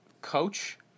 Coach